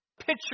picture